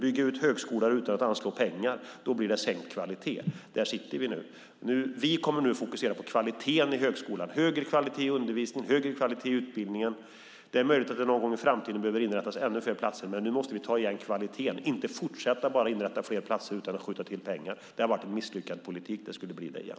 Bygger man ut högskolor utan att anslå pengar blir det sänkt kvalitet. Där sitter vi nu. Vi kommer nu att fokusera på kvaliteten i högskolan. Det handlar om högre kvalitet i undervisningen och utbildningen. Det är möjligt att det någon gång i framtiden behöver inrättas ännu fler platser, men nu måste vi ta igen kvaliteten och inte bara fortsätta inrätta fler platser utan att skjuta till pengar. Det har varit en misslyckad politik, och det skulle bli det igen.